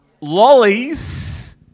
lollies